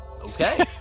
Okay